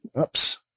Oops